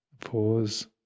pause